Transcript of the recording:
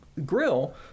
grill